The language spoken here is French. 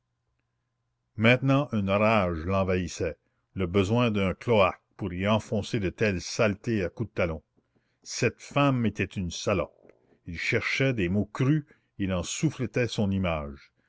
maintenant une rage l'envahissait le besoin d'un cloaque pour y enfoncer de telles saletés à coups de talon cette femme était une salope il cherchait des mots crus il en souffletait son image